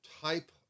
type